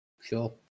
Sure